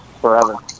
forever